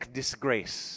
disgrace